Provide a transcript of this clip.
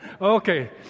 Okay